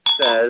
says